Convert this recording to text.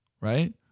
right